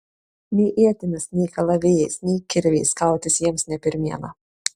nei ietimis nei kalavijais nei kirviais kautis jiems ne pirmiena